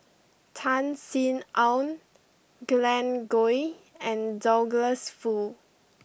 Tan Sin Aun Glen Goei and Douglas Foo